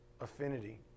affinity